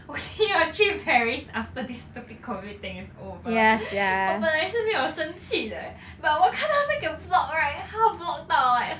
我可以 orh 去 paris after this stupid COVID thing is over 我本来是没有生气的 eh but 我看到那个 vlog right 她 vlog 到 like